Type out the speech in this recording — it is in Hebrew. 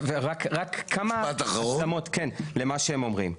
רק כמה השלמות למה שהם אומרים.